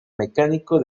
mecánico